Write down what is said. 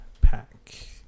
Pack